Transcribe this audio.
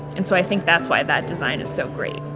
and so i think that's why that design is so great